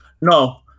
No